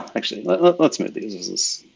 actually let's but let's make these as this.